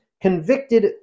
convicted